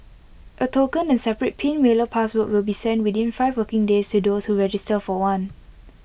A token and separate pin mailer password will be sent within five working days to those who register for one